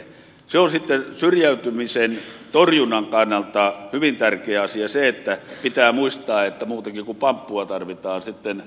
se on sitten syrjäytymisen torjunnan kannalta hyvin tärkeä asia että pitää muistaa että muutakin kuin pamppua tarvitaan vankeinhoidon ynnä muuta